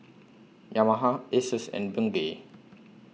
Yamaha Asus and Bengay